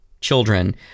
children